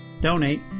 Donate